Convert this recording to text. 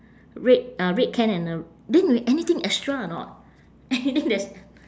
red uh red can and a then anything extra or not anything that's